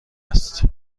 است